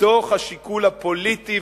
מתוך השיקול הפוליטי,